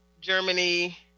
Germany